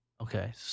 Okay